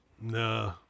No